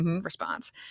Response